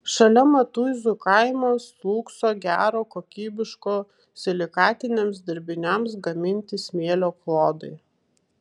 šalia matuizų kaimo slūgso gero kokybiško silikatiniams dirbiniams gaminti smėlio klodai